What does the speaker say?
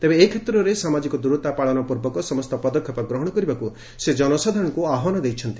ତେବେ ଏକ୍ଷେତ୍ରରେ ସାମାଜିକ ଦୂରତା ପାଳନ ପୂର୍ବକ ସମସ୍ତ ପଦକ୍ଷେପ ଗ୍ରହଣ କରିବାକୁ ସେ ଜନସାଧାରଣଙ୍କୁ ଆହ୍ୱାନ ଦେଇଛନ୍ତି